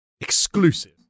exclusive